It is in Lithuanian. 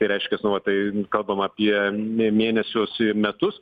tai reiškias nu va tai kalbama apie mė mėnesius ir metus